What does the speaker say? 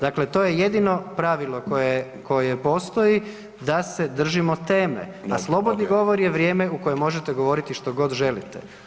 Dakle, to je jedino pravilo koje postoji da se držimo teme, a slobodni govor je vrijeme u kojem možete govoriti što god želite.